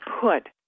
put